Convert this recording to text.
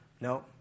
No